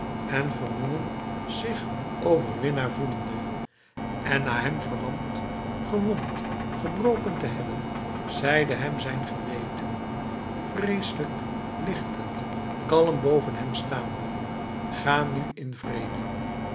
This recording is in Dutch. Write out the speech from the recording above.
en verwonnen zich overwinnaar voelende en na hem verlamd gewond gebroken te hebben zeide hem zijn geweten vreeselijk lichtend kalm boven hem staande ga nu in vrede